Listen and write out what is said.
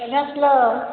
କେବେ ଆସିବ